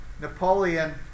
Napoleon